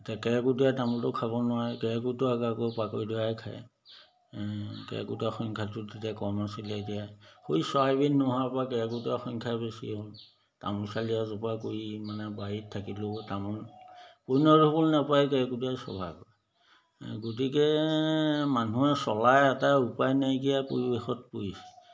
এতিয়া কেৰ্কেটুৱাই তামোলটো খাব নোৱাৰে কেৰ্কেটুৱাক আকৌ পাকৈধৰাই খায় এ কেৰ্কেটুৱাৰ সংখ্যাটো তেতিয়া কম আছিলে এতিয়া সেই চৰাইবিধ নোহোৱাৰ পৰা কেৰ্কেটুৱাৰ সংখ্যা বেছি হ'ল তামোল চালি এজোপা কৰি মানে বাৰীত থাকিলেও তামোল পৈণত হ'বলৈ নাপায় কেৰ্কেটুৱাই চোবাই পেলায় আ গতিকে মানুহে চলা এটা উপায় নাইকিয়া পৰিৱেশত পৰিছে